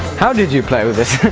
how did you play with this?